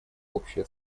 общая